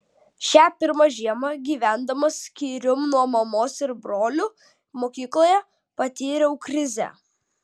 šią pirmą žiemą gyvendamas skyrium nuo mamos ir brolių mokykloje patyriau krizę